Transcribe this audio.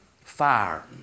fire